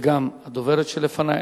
וגם הדוברת שלפני.